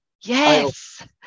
Yes